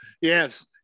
yes